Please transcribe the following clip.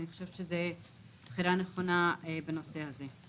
אני חושבת שזאת בחירה נכונה בנושא הזה.